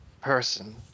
person